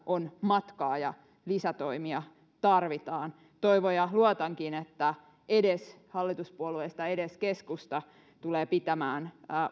on matkaa ja lisätoimia tarvitaan toivon ja luotankin että hallituspuolueista edes keskusta tulee pitämään